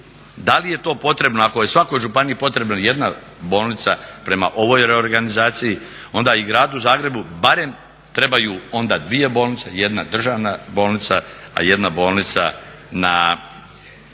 Da li je to potrebno ako je svakoj županiji potrebna jedna bolnica prema ovoj reorganizaciji onda i gradu Zagrebu barem trebaju onda dvije bolnice, jedna državna bolnica, a jedna bolnica na